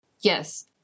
Yes